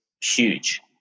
huge